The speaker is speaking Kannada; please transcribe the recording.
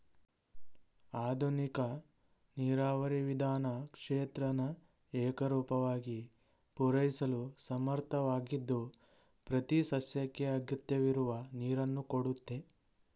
ಆಧುನಿಕ ನೀರಾವರಿ ವಿಧಾನ ಕ್ಷೇತ್ರನ ಏಕರೂಪವಾಗಿ ಪೂರೈಸಲು ಸಮರ್ಥವಾಗಿದ್ದು ಪ್ರತಿಸಸ್ಯಕ್ಕೆ ಅಗತ್ಯವಿರುವ ನೀರನ್ನು ಕೊಡುತ್ತೆ